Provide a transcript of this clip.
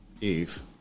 Eve